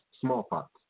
Smallpox